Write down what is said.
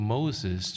Moses